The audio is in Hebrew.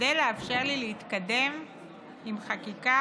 כדי לאפשר לי להתקדם עם חקיקה